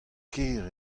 ker